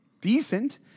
decent